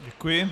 Děkuji.